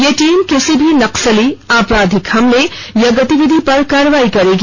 यह टीम किसी भी नक्सली आपराधिक हमले या गतिविधि पर कार्रवाई करेगी